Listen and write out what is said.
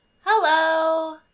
Hello